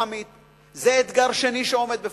זה האתגר השני שעומד בפנינו.